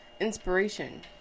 inspiration